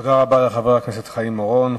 תודה רבה לחבר הכנסת חיים אורון.